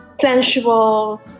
sensual